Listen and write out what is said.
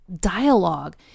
dialogue